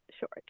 short